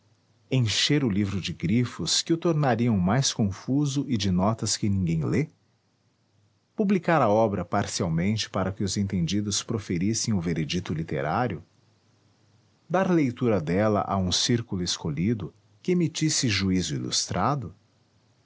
encher o livro de grifos que o tornariam mais confuso e de notas que ninguém lê publicar a obra parcialmente para que os entendidos proferissem o veredicto literário dar leitura dela a um círculo escolhido que emitisse juízo ilustrado